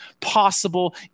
possible